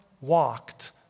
walked